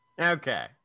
Okay